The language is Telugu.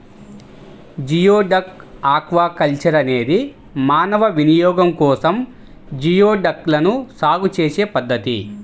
జియోడక్ ఆక్వాకల్చర్ అనేది మానవ వినియోగం కోసం జియోడక్లను సాగు చేసే పద్ధతి